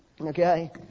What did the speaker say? Okay